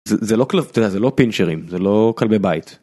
זה לא קלף זה לא פינצ'רים זה לא כלבי בית.